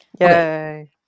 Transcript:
Yay